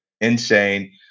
insane